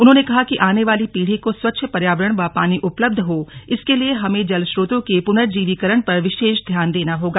उन्होंने कहा कि आने वाली पीढ़ी को स्वच्छ पर्यावरण व पानी उपलब्ध हो इसके लिए हमें जल स्रोतों के पुनर्जीवीकरण पर विशेष ध्यान देना होगा